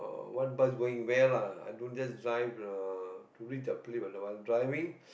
uh what bus going where lah i don't just drive uh to reach the place while driving